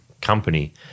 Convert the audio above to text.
company